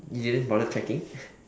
you didn't bother checking